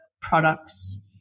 products